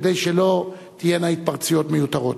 כדי שלא תהיינה התפרצויות מיותרות.